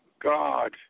God